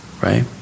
right